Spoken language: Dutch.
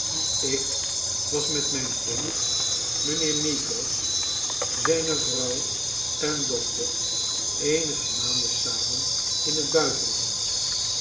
ik was met mijn vriend mijnheer meagles zijne vrouw en dochter eenige maanden samen in het buitenland